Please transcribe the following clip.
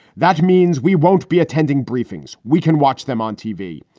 that means we won't be attending briefings. we can watch them on tv.